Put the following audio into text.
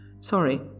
Sorry